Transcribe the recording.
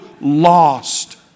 lost